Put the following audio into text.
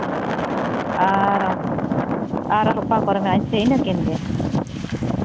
ᱟᱨ ᱟᱨ ᱚᱠᱟ ᱠᱚᱨᱮᱱᱟᱜ ᱥᱮ ᱤᱱᱟᱹ ᱠᱤᱱ ᱜᱮ